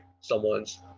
someone's